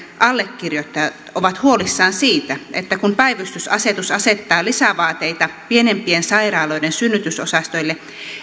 allekirjoittajat ovat huolissaan siitä että kun päivystysasetus asettaa lisävaateita pienempien sairaaloiden synnytysosastoille